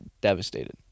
devastated